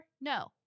No